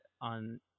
on